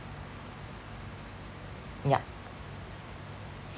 yeah